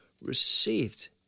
received